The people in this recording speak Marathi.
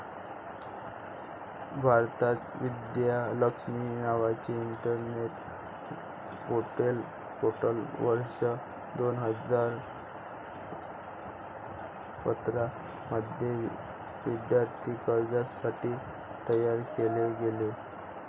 भारतात, विद्या लक्ष्मी नावाचे इंटरनेट पोर्टल वर्ष दोन हजार पंधरा मध्ये विद्यार्थी कर्जासाठी तयार केले गेले